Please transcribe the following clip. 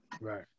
right